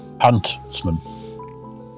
huntsman